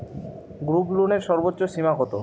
গ্রুপলোনের সর্বোচ্চ সীমা কত?